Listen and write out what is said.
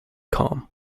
calm